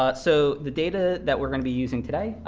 but so the data that we're going to be using today.